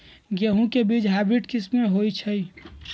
गेंहू के बीज हाइब्रिड किस्म के होई छई?